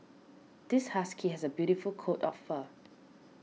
this husky has a beautiful coat of fur